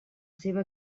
seva